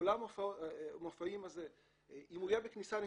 אם אולם המופעים הזה יהיה בכניסה נפרדת,